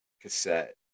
cassette